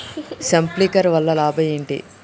Sprinkler వల్ల లాభం ఏంటి?